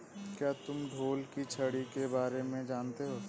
क्या तुम ढोल की छड़ी के बारे में जानते हो?